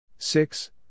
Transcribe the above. Six